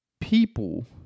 people